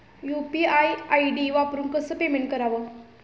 UPI ID वापरून कसे payment करावे?